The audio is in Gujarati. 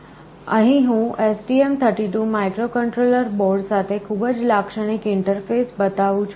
અહીં હું STM32 માઇક્રોકન્ટ્રોલર બોર્ડ સાથે ખૂબ જ લાક્ષણિક ઇન્ટરફેસ બતાવું છું